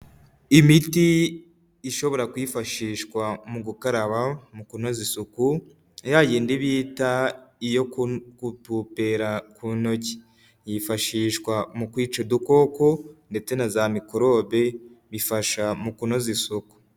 Imiti ishobora kwifashishwa mu gukaraba, mu kunoza isuku, ya yindi bita iyo gupupera ku ntoki. Yifashishwa mu kwica udukoko ndetse na za mikorobe, bifasha mu kunoza isuku.